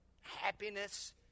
happiness